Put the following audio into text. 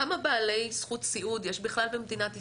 כמה בעלי זכות סיעוד יש בכלל במדינת ישראל?